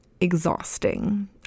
exhausting